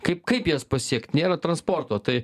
kaip kaip jas pasiekt nėra transporto tai